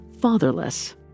fatherless